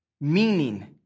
meaning